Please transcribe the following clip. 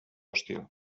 hostil